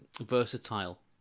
versatile